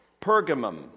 Pergamum